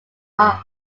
are